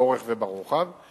באורך וברוחב,